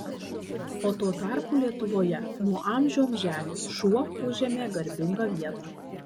o tuo tarpu lietuvoje nuo amžių amželių šuo užėmė garbingą vietą